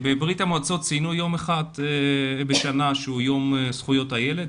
בברית המועצות ציינו יום אחד בשנה שהוא יום זכויות הילד,